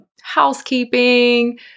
housekeeping